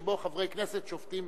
שבו חברי כנסת שופטים